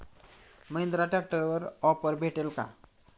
महिंद्रा ट्रॅक्टरवर ऑफर भेटेल का?